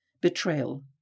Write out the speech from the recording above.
betrayal